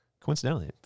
coincidentally